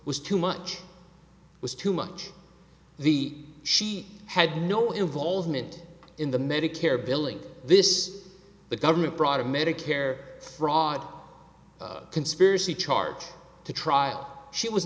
was too much was too much the she had no involvement in the medicare billing this the government brought a medicare fraud conspiracy charge to trial she was